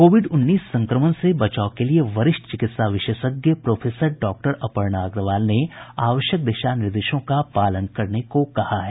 Covid उन्नीस संक्रमण से बचाव के लिए वरिष्ठ चिकित्सा विशेषज्ञ प्रोफेसर डॉक्टर अपर्णा अग्रवाल ने आवश्यक दिशा निर्देशों का पालन करने को कहा है